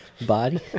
body